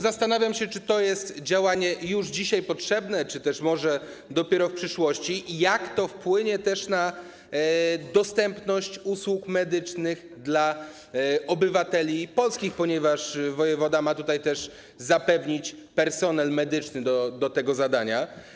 Zastanawiam się, czy jest to działanie już dzisiaj potrzebne, czy też może dopiero w przyszłości, a także nad tym, jak wpłynie na dostępność usług medycznych dla obywateli polskich, ponieważ wojewoda ma też zapewnić personel medyczny do tego zadania.